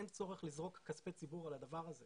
אין צורך לזרוק כספי ציבור על הדבר הזה.